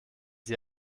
sie